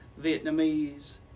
Vietnamese